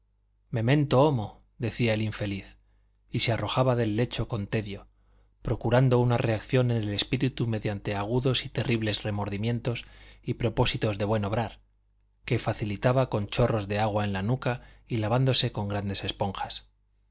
memento homo decía el infeliz y se arrojaba del lecho con tedio procurando una reacción en el espíritu mediante agudos y terribles remordimientos y propósitos de buen obrar que facilitaba con chorros de agua en la nuca y lavándose con grandes esponjas